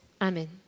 Amen